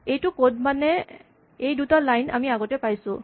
এইটো কড মানে এই দুটা লাইন আমি আগতে পাইছোঁ